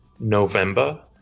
November